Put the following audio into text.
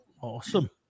Awesome